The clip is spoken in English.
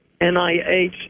NIH